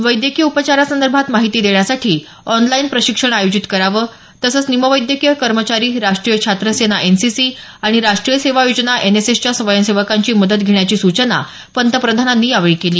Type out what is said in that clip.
वैद्यकीय उपचारांसंदर्भात माहिती देण्यासाठी ऑनलाईन प्रशिक्षण आयोजित करावं तसंच निमवैद्यकीय कर्मचारी राष्ट्रीय छात्र सेना एनसीसी आणि राष्ट्रीय सेवा योजना एनएसएसच्या स्वयंसेवकांची मदत घेण्याची सूचना पंतप्रधानांनी केली